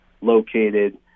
located